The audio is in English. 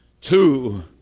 Two